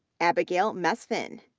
abigail mesfin,